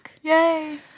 Yay